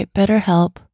BetterHelp